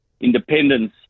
independence